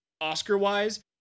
Oscar-wise